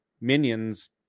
minions